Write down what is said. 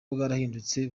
bwarahindutse